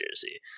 jersey